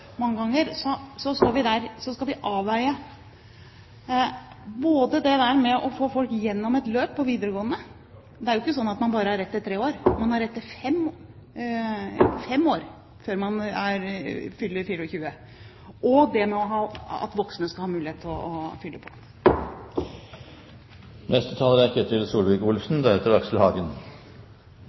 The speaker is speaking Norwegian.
mange ganger, så skal vi avveie både det med å få folk gjennom et løp på videregående – det er jo ikke sånn at man bare har rett til tre år, men man har rett til fem år før man fyller 24 – og det at voksne skal ha mulighet til å fylle på.